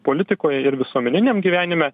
politikoje ir visuomeniniam gyvenime